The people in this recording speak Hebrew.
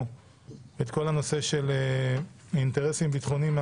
את כל הנושא של האינטרסים הביטחוניים.